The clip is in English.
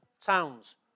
towns